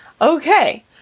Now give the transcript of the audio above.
Okay